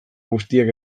guztiak